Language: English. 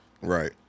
Right